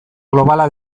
globala